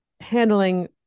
handling